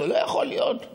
לא יכול להיות.